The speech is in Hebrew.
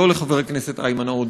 לא לחבר הכנסת איימן עודה.